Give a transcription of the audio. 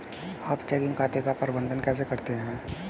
आप चेकिंग खाते का प्रबंधन कैसे करते हैं?